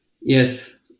Yes